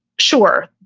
sure,